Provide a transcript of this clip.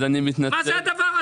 מה זה הדבר הזה?